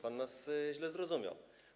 Pan nas źle zrozumiał.